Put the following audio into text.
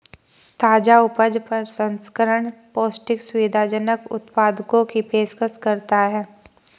ताजा उपज प्रसंस्करण पौष्टिक, सुविधाजनक उत्पादों की पेशकश करता है